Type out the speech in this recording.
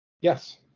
Yes